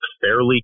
fairly